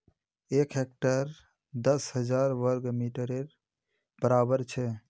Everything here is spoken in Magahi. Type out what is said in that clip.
एक हेक्टर दस हजार वर्ग मिटरेर बड़ाबर छे